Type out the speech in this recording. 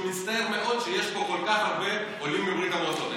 שהוא מצטער מאוד שיש פה כל כך הרבה עולים מברית המועצות.